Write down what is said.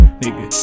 nigga